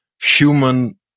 human